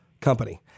company